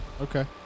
Okay